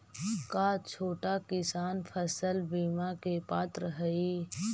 का छोटा किसान फसल बीमा के पात्र हई?